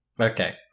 Okay